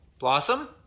Blossom